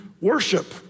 worship